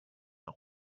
now